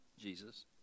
Jesus